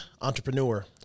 entrepreneur